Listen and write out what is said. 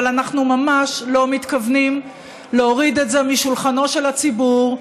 אבל אנחנו ממש לא מתכוונים להוריד את זה משולחנו של הציבור,